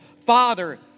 Father